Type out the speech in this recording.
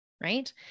Right